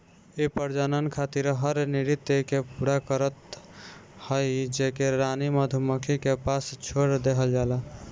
इ प्रजनन खातिर हर नृत्य के पूरा करत हई जेके रानी मधुमक्खी के पास छोड़ देहल जाला